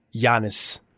Giannis